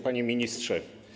Panie Ministrze!